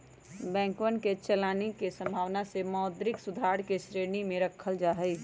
बैंकवन के चलानी के संभावना के मौद्रिक सुधार के श्रेणी में रखल जाहई